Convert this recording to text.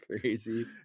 Crazy